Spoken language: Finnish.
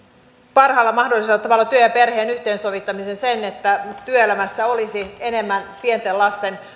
parhaalla mahdollisella tavalla työn ja perheen yhteensovittamisen sen että työelämässä olisi enemmän pienten lasten